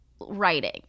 writing